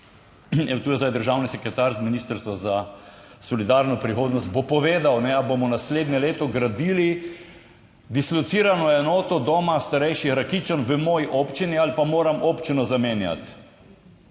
tu je zdaj državni sekretar z Ministrstva za solidarno prihodnost, bo povedal, ali bomo naslednje leto gradili dislocirano enoto Doma starejših Rakičan v moji občini ali pa moram občino zamenjati.